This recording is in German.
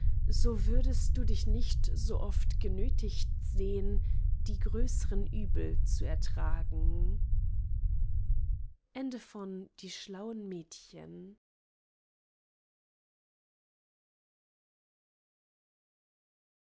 so würdest du dich nicht so oft genötigt sehn die größern übel zu ertragen